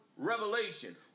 revelation